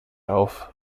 auf